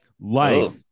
Life